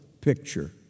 picture